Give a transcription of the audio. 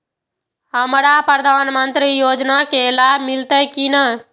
हमरा प्रधानमंत्री योजना के लाभ मिलते की ने?